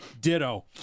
ditto